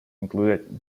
included